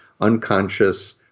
unconscious